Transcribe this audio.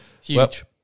Huge